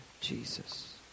Jesus